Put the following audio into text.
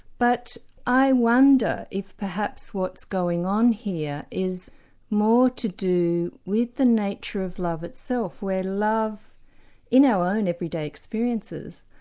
but i wonder if perhaps what's going here is more to do with the nature of love itself, where love in our own everyday experiences,